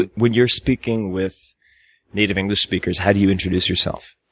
but when you're speaking with native english speakers, how do you introduce yourself?